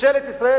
ממשלת ישראל,